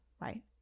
right